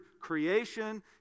creation